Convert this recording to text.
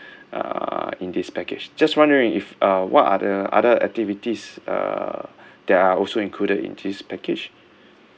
uh in this package just wondering if uh what are the other activities uh that are also included in this package